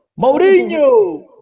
Mourinho